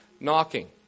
Knocking